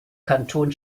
kanton